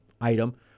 item